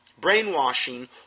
brainwashing